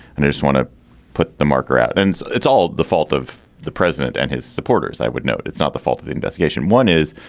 and i just want to put the marker out. and it's all the fault of the president and his supporters. i would note it's not the fault of the investigation one is